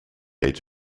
age